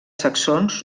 saxons